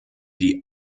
die